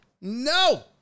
No